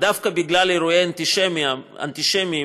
ודווקא בגלל אירועים אנטישמיים בכפר